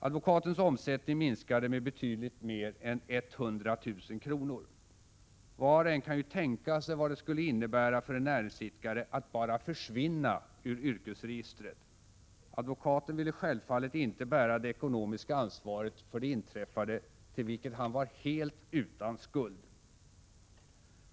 Advokatens omsättning minskade med betydligt mer än 100 000 kr. Var och en kan ju tänka sig vad det skulle innebära för en näringsidkare att bara försvinna ur yrkesregistret. Advokaten ville självfallet inte bära det ekonomiska ansvaret för det inträffade, till vilket han var helt utan skuld.